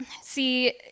see